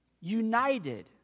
united